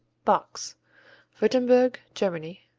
box wurttemberg, germany